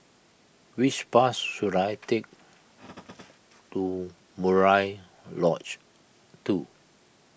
which bus should I take to Murai Lodge two